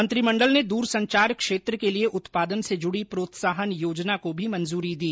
मंत्रिमण्डल ने दूरसंचार क्षेत्र के लिए उत्पादन से जुड़ी प्रोत्साहन योजना को भी मंजूरी दे दी